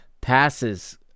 Passes